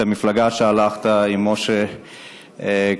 את המפלגה שהלכת בה עם משה כחלון.